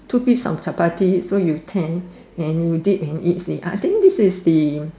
two piece of Chapati so you can dip in it you see I think this is the